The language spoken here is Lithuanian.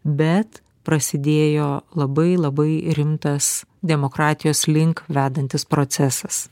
bet prasidėjo labai labai rimtas demokratijos link vedantis procesas